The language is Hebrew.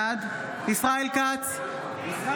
בעד ישראל כץ,